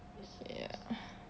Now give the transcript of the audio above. ya